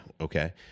Okay